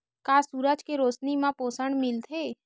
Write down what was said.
का सूरज के रोशनी म पोषण मिलथे?